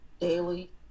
daily